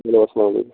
چَلو اَسلامُ عَلیکُم